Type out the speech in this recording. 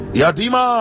yadima